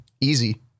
Easy